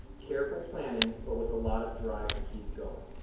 careful planning but with a lot of drive to keep going.